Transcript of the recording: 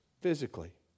physically